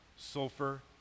Sulfur